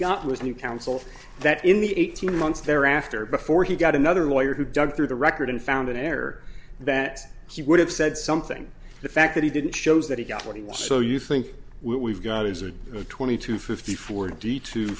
got was new counsel that in the eighteen months thereafter before he got another lawyer who dug through the record and found an error that he would have said something the fact that he didn't shows that he got what he was so you think we've got as a twenty two fifty four d to